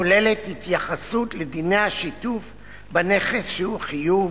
הכוללת התייחסות לדיני השיתוף בנכס שהוא חיוב,